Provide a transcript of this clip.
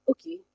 Okay